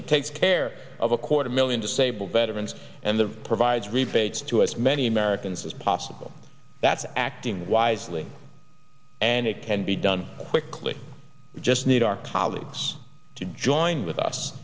but take care of a quarter million disabled veterans and the provides rebates to as many americans as possible that's acting wisely and it can be done quickly we just need our colleagues to join with us